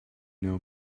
know